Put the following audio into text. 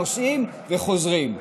נוסעים וחוזרים.